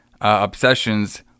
obsessions